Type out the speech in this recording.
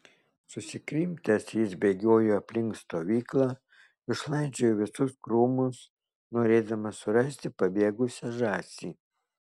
susikrimtęs jis bėgiojo aplink stovyklą išlandžiojo visus krūmus norėdamas surasti pabėgusią žąsį